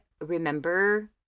remember